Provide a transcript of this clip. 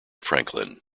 franklin